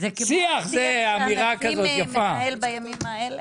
שהנשיא מנהל בימים האלה?